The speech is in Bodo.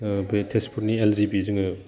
बे तेजपुरनि एलजेबि जोङो